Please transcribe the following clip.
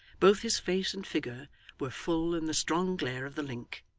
both his face and figure were full in the strong glare of the link,